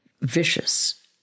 vicious